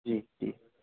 जी जी